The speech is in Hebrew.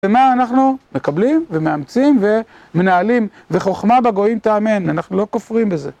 ומה אנחנו מקבלים ומאמצים ומנהלים וחוכמה בגויים תאמן, אנחנו לא כופרים בזה